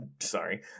sorry